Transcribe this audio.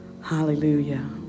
hallelujah